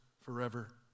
forever